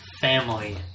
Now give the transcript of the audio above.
family